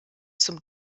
zum